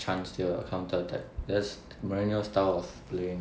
chance they will counteract that is morino's style of playing